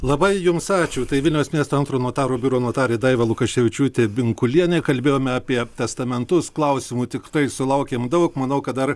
labai jums ačiū tai vilniaus miesto antrojo notarų biuro notarė daiva lukaševičiūtė binkulienė kalbėjome apie testamentus klausimų tiktai sulaukėm daug manau kad dar